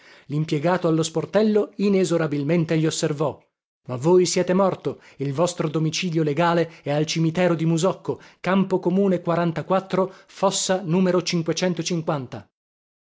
limpiegato allo sportello inesorabilmente gli osservò ma voi siete morto il vostro domicilio legale è al cimitero di musocco campo comune quarantaquattro fossa n